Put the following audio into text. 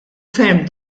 ferm